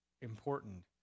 important